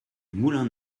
moulin